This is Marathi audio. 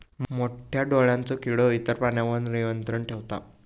मोठ्या डोळ्यांचो किडो इतर प्राण्यांवर नियंत्रण ठेवता